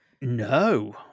No